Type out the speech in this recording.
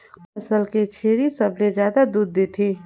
कोन नस्ल के छेरी ल सबले ज्यादा दूध देथे?